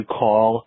call